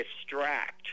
distract